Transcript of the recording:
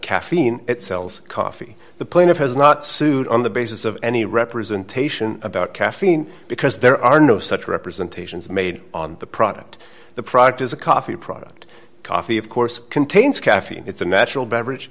caffeine it sells coffee the plaintiff has not sued on the basis of any representation about caffeine because there are no such representations made on the product the product is a coffee product coffee of course contains caffeine it's a natural beverage